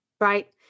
right